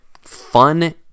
fun